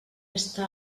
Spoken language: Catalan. està